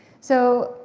so,